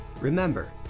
Remember